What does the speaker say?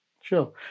Sure